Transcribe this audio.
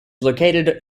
located